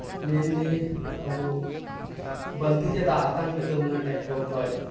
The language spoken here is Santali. ᱢᱮᱱᱞᱤ ᱟᱵᱚ ᱵᱟᱹᱞᱛᱤ ᱨᱮᱭᱟᱜ ᱫᱟᱜ ᱟᱛᱟᱝ ᱦᱩᱭᱩᱜ ᱛᱟᱵᱚᱱᱟ ᱴᱮᱯᱠᱚᱞ ᱠᱷᱚᱱ